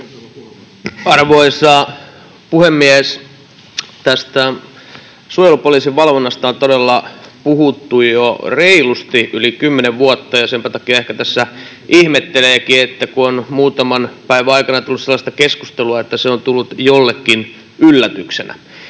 Arvoisa puhemies! Tästä suojelupoliisin valvonnasta on todella puhuttu jo reilusti yli 10 vuotta, ja senpä takia tässä ehkä ihmetteleekin, kun on muutaman päivän aikana tullut sellaista keskustelua, että se on tullut jollekin yllätyksenä.